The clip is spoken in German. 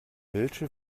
welche